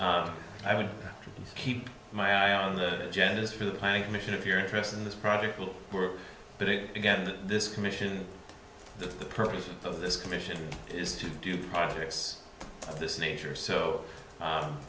i would keep my eye on the agenda for the planning commission if you're interested in this project will work but it again this commission the purpose of this commission is to do projects of this nature so